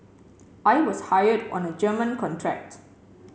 I was hired on a German contract